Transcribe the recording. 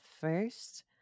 first